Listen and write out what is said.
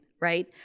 Right